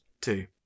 two